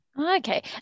Okay